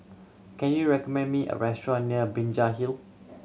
can you recommend me a restaurant near Binjai Hill